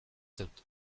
dut